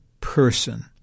person